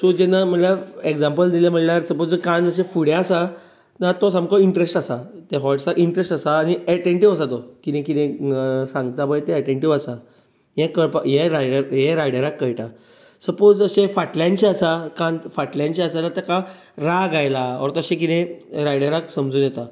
so जेन्ना म्हळ्यार example दिलेंं म्हळ्यार सपाॅज जर कान ताचे फुडें आसा जाल्यार तो सामको इंट्रस्ट आसा त्या हाॅर्साक इंट्रस्ट आसा आनी एटेंन्टीव आसा तो कितें कितें सांगता पळय तें एटेंन्टीव आसा हें कळपाक हें रायडराक हें रायडराक कळटा सपाॅज अशें फाटल्यानशें आसा कान फाटल्यानशे आसा जाल्यार तेका राग आयला ओर तशें कितें रायडराक समजूं येता